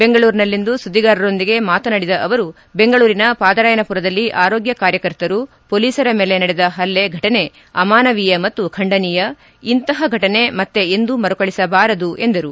ಬೆಂಗಳೂರಿನಲ್ಲಿಂದು ಸುದ್ದಿಗಾರರೊಂದಿಗೆ ಮಾತನಾಡಿದ ಅವರು ಬೆಂಗಳೂರಿನ ಪಾದರಾಯನಪುರದಲ್ಲಿ ಆರೋಗ್ಯ ಕಾರ್ಯಕರ್ತರು ಮೊಲೀಸರ ಮೇಲೆ ನಡೆದ ಹಲ್ಲೆ ಫಟನೆ ಅಮಾನವೀಯ ಮತ್ತು ಖಂಡನೀಯ ಇಂತಹ ಘಟನೆ ಮತ್ತೆ ಎಂದೂ ಮರುಕಳುಹಿಸಬಾರದು ಎಂದರು